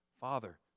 Father